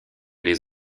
les